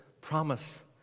promise